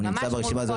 הוא נמצא ברשימה הזאת.